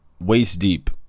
waist-deep